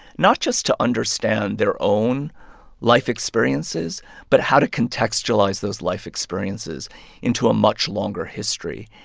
not just to understand their own life experiences but how to contextualize those life experiences into a much longer history.